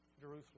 Jerusalem